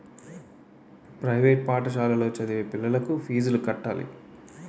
private పాఠశాలలో చదివే పిల్లలకు ఫీజులు కట్టాలి